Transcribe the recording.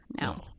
No